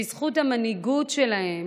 בזכות המנהיגות שלהם